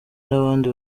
nabandi